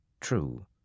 True